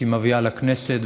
שהיא מביאה לכנסת,